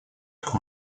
как